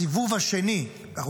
הסיבוב השני של מדינות ערב".